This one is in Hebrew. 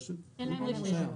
אין להם רישיון.